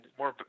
more